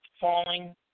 falling